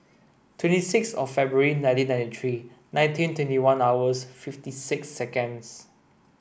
twenty six of February nineteen ninety three nineteen twenty one hours fifty six seconds